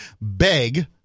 beg